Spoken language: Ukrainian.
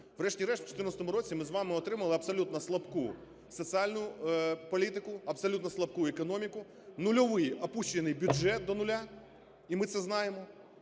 Врешті-решт, в 14-му році ми з вами отримали абсолютно слабку соціальну політику, абсолютно слабку економіку, нульовий, опущений бюджет до нуля, і ми це знаємо,